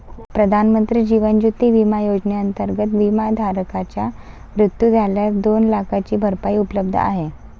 प्रधानमंत्री जीवन ज्योती विमा योजनेअंतर्गत, विमाधारकाचा मृत्यू झाल्यास दोन लाखांची भरपाई उपलब्ध आहे